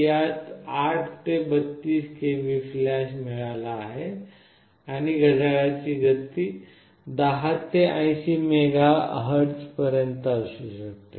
यात 8 ते 32 KB flash मिळाला आहे आणि घड्याळाची गती 10 ते 80 MHz पर्यंत असू शकते